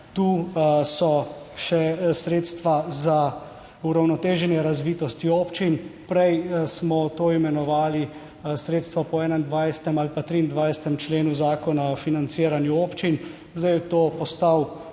tu so še sredstva za uravnoteženje razvitosti občin. Prej smo to imenovali sredstva po 21. ali pa 23. členu Zakona o financiranju občin, zdaj je to postal nek